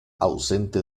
ausente